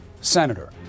senator